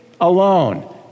alone